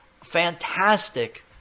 fantastic